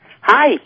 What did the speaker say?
Hi